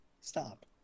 stop